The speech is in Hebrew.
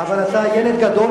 אבל אתה ילד גדול,